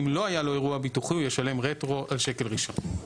אם לא היה לו אירוע ביטוחי הוא ישלם רטרו על שקל ראשון.